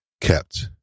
kept